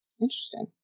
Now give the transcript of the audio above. Interesting